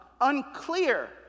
unclear